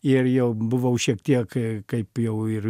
ir jau buvau šiek tiek kaip jau ir